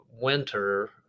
winter